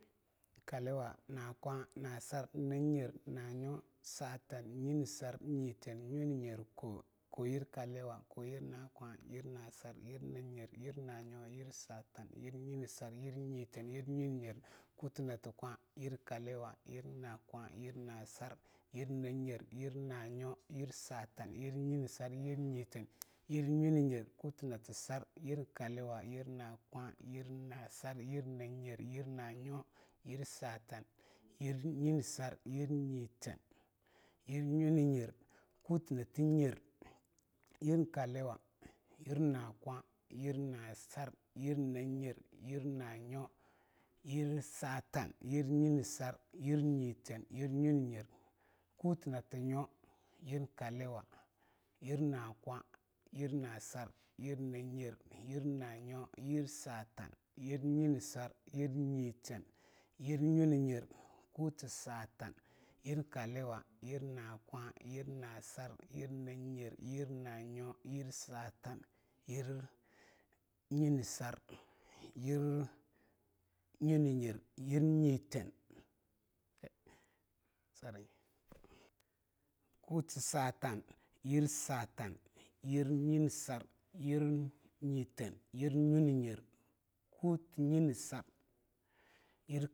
Kaliwa na kwa na sar na nyer na nyo satan nyinesar nyiteen na nyo nanyer ko. kogir kaliwa koyir na kwa yir na sar yirna nyer yir na nyo yir satan yir nyinesar yir nyiteen yir na nyona nyer kuti nati kwa yir kaliwa yir na kwa yir na sar yir na nyer yir na nyo yir satan yir nyinesar yir nyiteen yir na nyo na nyer kuti nati sar yir kaliwa yir na kwa yir na sar yir na nyer yir na nyo yir satan yir nyinesar yir nyiteen yir na nyo na nyer kuti nati nyer yir kaliwa yir a kwa yir a sar yir na nyer yir na nyo yir satan yir nyinesar yir nyiteen yir na nyo na nyer kuti nati nyo yir kaliwa yir na kwa yir na sar yir na nyer yir na nyo yir satan yir nyinesar yir nyiteen yir na nyo na nyer kuti satan yir kaliwa yir na kwa yir na sar yir na nyer yir na nyo yir satan yir nyinesar yir na nyo na nyer yir nyiteen kai sorry kuti satan yir satan yir nyinesar yir nyiteen yir na nyo na nye, kuti nyi nesar.